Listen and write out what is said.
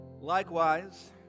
Likewise